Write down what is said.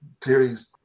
theories